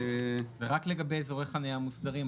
רק לגבי אזורי חנייה מוסדרים,